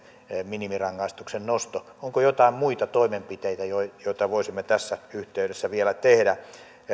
minimirangaistuksen nosto onko joitain muita toimenpiteitä joita voisimme tässä yhteydessä vielä tehdä niin